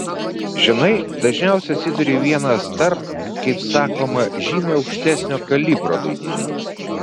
žinai dažniausiai atsiduri vienas tarp kaip sakoma žymiai aukštesnio kalibro dainininkų